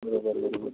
बरोबर बरोबर